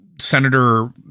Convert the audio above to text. Senator